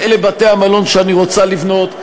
אלה בתי-המלון שאני רוצה לבנות,